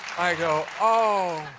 i go oh.